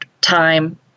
time